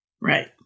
Right